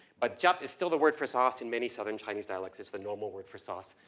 but ketchup is still the word for sauce in many southern chinese dialects, it's the normal word for sauce,